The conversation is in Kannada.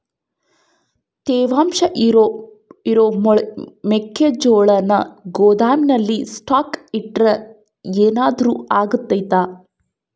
ತೇವಾಂಶ ಇರೋ ಮೆಕ್ಕೆಜೋಳನ ಗೋದಾಮಿನಲ್ಲಿ ಸ್ಟಾಕ್ ಇಟ್ರೆ ಏನಾದರೂ ಅಗ್ತೈತ?